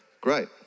Great